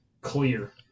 clear